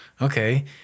Okay